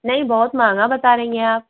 नहीं बहुत महंगा बता रही हैं आप